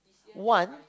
one